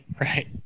right